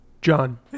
John